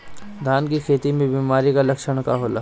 धान के खेती में बिमारी का लक्षण का होला?